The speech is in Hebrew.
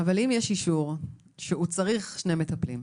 אבל אם יש אישור שהוא צריך שני מטפלים,